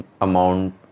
amount